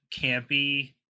campy